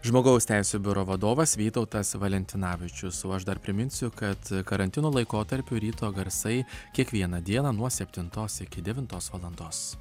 žmogaus teisių biuro vadovas vytautas valentinavičius o aš dar priminsiu kad karantino laikotarpiu ryto garsai kiekvieną dieną nuo septintos iki devintos valandos